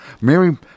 Mary